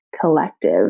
collective